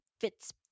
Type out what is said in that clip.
fits